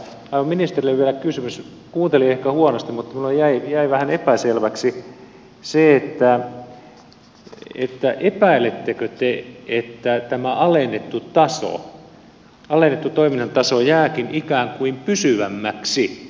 kuuntelin ehkä huonosti mutta minulle jäi vähän epäselväksi se epäilettekö te että tämä alennettu toiminnan taso jääkin ikään kuin pysyvämmäksi